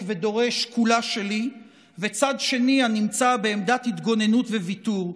ודורש "כולה שלי" וצד שני הנמצא בעמדת התגוננות וויתור,